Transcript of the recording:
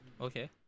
Okay